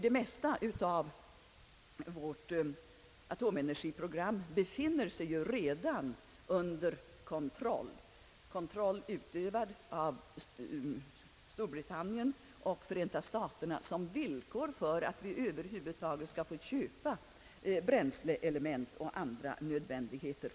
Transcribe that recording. Det mesta av vårt atomenergiprogram befinner sig ju redan under kontroll, utövad av Storbritannien och Förenta staterna, som villkor för att vi över huvud taget skall få köpa bränsleelement och andra nödvändigheter.